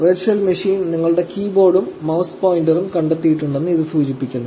virtual machine നിങ്ങളുടെ കീബോർഡും mouse പോയിന്ററും കണ്ടെത്തിയിട്ടുണ്ടെന്ന് ഇത് സൂചിപ്പിക്കുന്നു